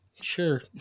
sure